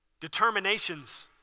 determinations